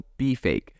BeFake